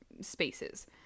spaces